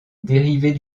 dérivés